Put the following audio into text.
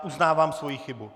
Uznávám svoji chybu.